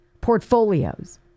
portfolios